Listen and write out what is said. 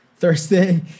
Thursday